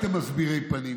בגלל שאני יודע, אני יודע,